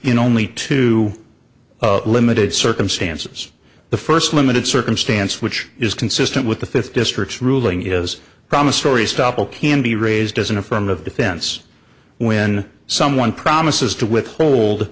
in only two of limited circumstances the first limited circumstance which is consistent with the fifth district's ruling is promissory estoppel can be raised as an affirmative defense when someone promises to withhold